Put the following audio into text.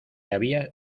había